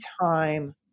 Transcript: time